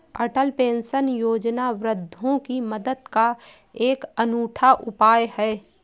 अटल pension योजना वृद्धों की मदद का एक अनूठा उपाय है